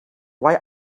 why